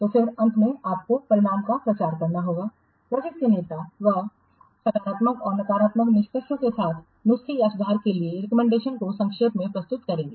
तो फिर अंत में आपको परिणाम का प्रचार करना होगा प्रोजेक्ट के नेता वह सकारात्मक और नकारात्मक निष्कर्षों के साथ साथ नुस्खे या सुधार के लिए रिकमेंडेशंस को संक्षेप में प्रस्तुत करेंगे